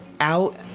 out